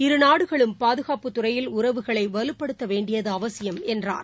இரு நாடுகளும் பாதுகாப்புத் துறையில் உறவுகளைமேலுப்படுத்தவேண்டியதுஅவசியம் என்றார்